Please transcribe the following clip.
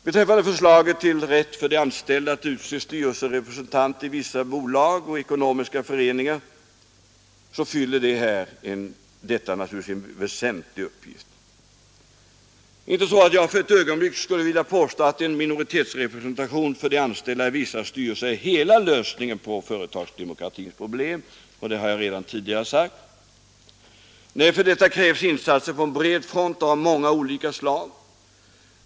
Beträffande förslaget om rätt för de anställda att utse styrelserepresentanter i vissa bolag och ekonomiska föreningar, så fyller detta naturligtvis en väsentlig uppgift. Inte så att jag för ett ögonblick skulle vilja påstå att en minoritetsrepresentation för de anställda i vissa styrelser är hela lösningen på företagsdemokratins problem — det har jag redan tidigare sagt. Nej, för detta krävs insatser på en bred front och av många olika slag.